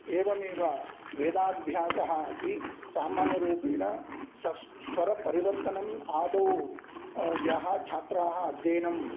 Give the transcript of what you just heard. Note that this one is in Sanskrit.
एवमेव वेदाभ्यासः अपि सामान्यरूपेण सस् स्वरपरिवर्तनम् आदौ यः छात्राः अध्ययनं